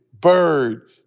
bird